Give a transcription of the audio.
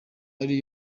ari